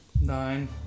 Nine